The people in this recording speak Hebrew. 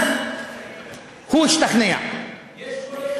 יש חולק